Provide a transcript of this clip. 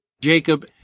Jacob